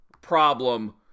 problem